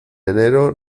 enero